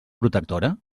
protectora